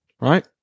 right